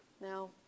now